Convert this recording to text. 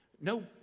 No